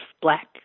black